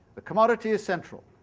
the commodity is central.